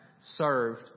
Served